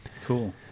cool